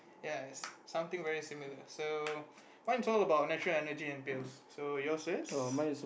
ya is something very similar so mine's all about natural energy and pills so yours is